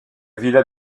villa